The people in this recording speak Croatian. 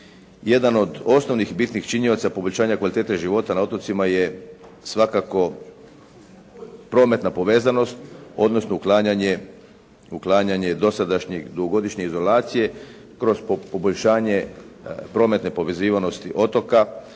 Jedan od osnovnih bitnih činioca poboljšanja kvalitete života na otocima je svakako prometna povezanost odnosno uklanjanje dosadašnje dugogodišnje izolacije kroz poboljšanje prometne povezanosti otoka,